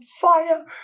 fire